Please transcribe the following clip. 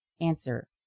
Answer